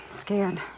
scared